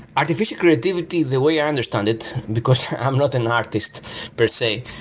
artificial creativity, the way i understand it, because i'm not an artist per se,